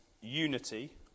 unity